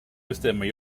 bestämmer